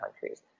countries